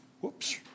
Whoops